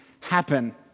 happen